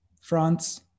France